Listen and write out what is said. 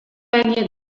wenje